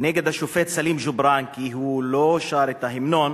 נגד השופט סלים ג'ובראן כי הוא לא שר את ההמנון,